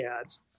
ads